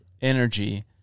energy